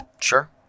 Sure